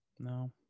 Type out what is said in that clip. no